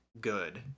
good